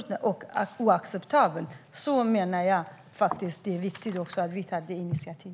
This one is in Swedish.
Det är därför viktigt att vi tar detta initiativ.